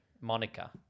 Monica